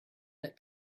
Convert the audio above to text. that